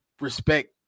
respect